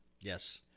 Yes